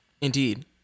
Indeed